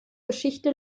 geschichte